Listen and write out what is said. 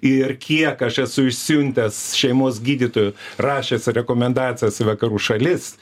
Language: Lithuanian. ir kiek aš esu išsiuntęs šeimos gydytojų rašęs rekomendacijas į vakarų šalis